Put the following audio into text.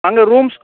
அங்கே ரூம்ஸ்